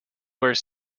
where